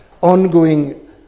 ongoing